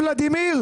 ולדימיר?